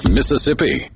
Mississippi